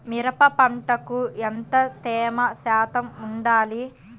మిరప పంటకు ఎంత తేమ శాతం వుండాలి?